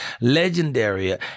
legendary